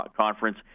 conference